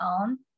own